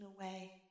away